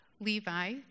Levi